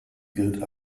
gilt